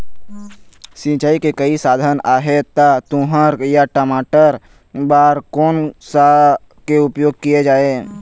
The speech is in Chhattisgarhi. सिचाई के कई साधन आहे ता तुंहर या टमाटर बार कोन सा के उपयोग किए जाए?